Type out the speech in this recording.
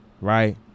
right